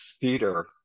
theater